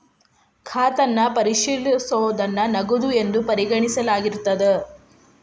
ಖಾತನ್ನ ಪರಿಶೇಲಿಸೋದನ್ನ ನಗದು ಎಂದು ಪರಿಗಣಿಸಲಾಗಿರ್ತದ